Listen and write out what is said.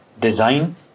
design